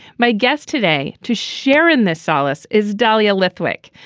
my guest today to share in this solace is dahlia lithwick.